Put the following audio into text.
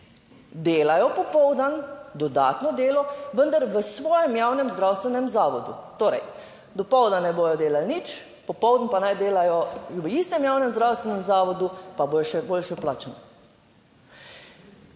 delajo popoldan dodatno delo, vendar v svojem javnem zdravstvenem zavodu. Torej, dopoldne ne bodo delali nič, popoldan pa naj delajo v istem javnem zdravstvenem zavodu, pa bodo še boljšo plačo.